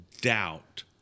doubt